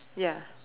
ya